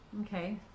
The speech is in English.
Okay